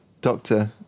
doctor